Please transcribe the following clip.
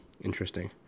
interesting